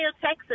Texas